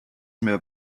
mehr